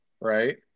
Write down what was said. right